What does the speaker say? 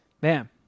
Bam